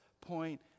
point